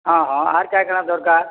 ହଁ ହଁ ଆର୍ କା'ଣା କା'ଣା ଦରକାର୍